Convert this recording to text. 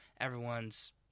everyone's